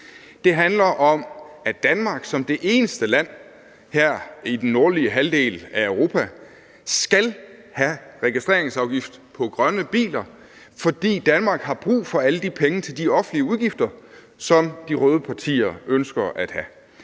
Det handler om, at Danmark som det eneste land her i den nordlige halvdel af Europa skal have registreringsafgift på grønne biler, fordi Danmark har brug for alle de penge til de offentlige udgifter, som de røde partier ønsker at have.